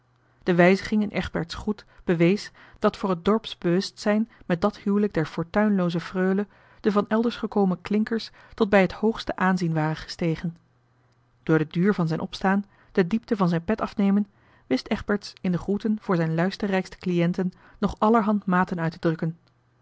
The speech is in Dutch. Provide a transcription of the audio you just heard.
de wijziging in egberts groet bewees dat voor het dorpsbewustzijn met dat huwelijk der fortuinlooze freule de van elders gekomen klincker's tot bij het hoogste aanzien gestegen waren door den duur van zijn opstaan de diepte van zijn pet afnemen wist egberts in de groeten voor zijn luisterrijkste cliënten nog allerhand maten uit te drukken